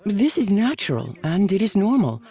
this is natural, and it is normal.